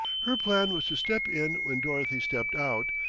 her plan was to step in when dorothy stepped out,